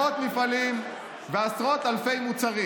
מאות מפעלים ועשרות אלפי מוצרים.